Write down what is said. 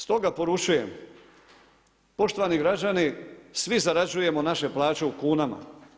Stoga poručujem, poštovani građani svi zarađujemo naše plaće u kunama.